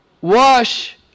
wash